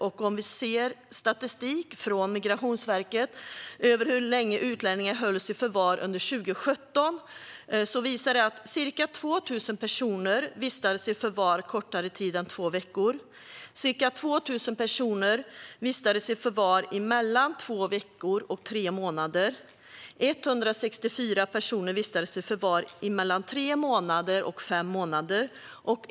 Och vi kan se statistik från Migrationsverket över hur länge utlänningar hölls i förvar under 2017. Ca 2 000 personer vistades i förvar kortare tid än två veckor. Ca 2 000 personer vistades i förvar i mellan två veckor och tre månader. 164 personer vistades i förvar i mellan tre månader och fem månader.